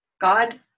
God